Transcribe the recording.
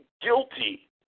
guilty